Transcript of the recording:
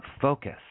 focus